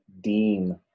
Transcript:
deem